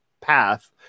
path